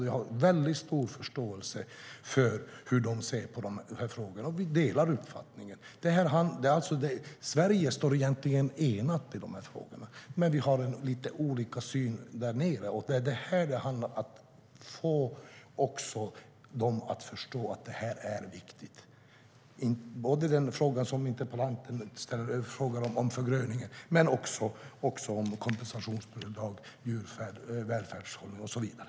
Jag har väldigt stor förståelse för hur de ser på frågorna. Vi delar uppfattningen. Sverige står egentligen enat i de här frågorna, men vi har lite olika syn där nere. Det handlar om att få dem att förstå att detta är viktigt. Det gäller den fråga som interpellanten ställer om förgröningen men också frågan om kompensationsbidraget, djurvälfärdsersättningen och så vidare.